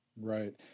Right